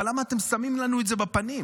אבל למה אתם שמים לנו את זה בפנים?